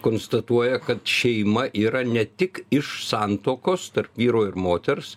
konstatuoja kad šeima yra ne tik iš santuokos tarp vyro ir moters